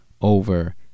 over